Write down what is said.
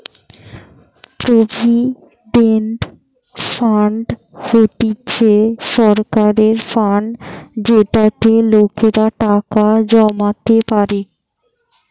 provident fund হতিছে সরকারের fund যেটাতে লোকেরা টাকা জমাতে পারে